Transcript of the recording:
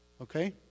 Okay